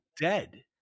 dead